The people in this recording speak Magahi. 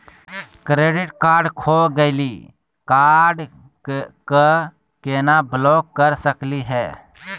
क्रेडिट कार्ड खो गैली, कार्ड क केना ब्लॉक कर सकली हे?